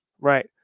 Right